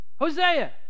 Hosea